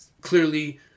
clearly